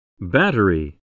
Battery